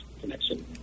Connection